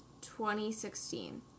2016